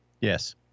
Yes